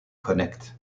connect